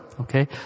Okay